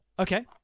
okay